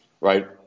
right